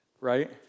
Right